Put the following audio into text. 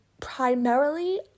primarily